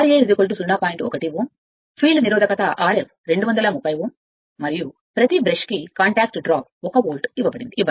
1 Ω field నిరోధకత Rf 32 Ω మరియు ప్రతి బ్రష్కు కాంటాక్ట్ డ్రాప్ 1 వోల్ట్ ఇవ్వండి